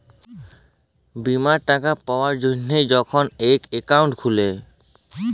বীমার টাকা পাবার জ্যনহে যখল ইক একাউল্ট খুলে